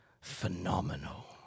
phenomenal